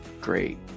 Great